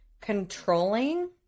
controlling